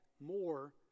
more